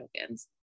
tokens